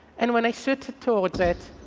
and when i shoot towards it